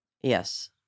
Yes